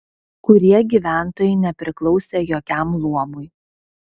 kurie gyventojai nepriklausė jokiam luomui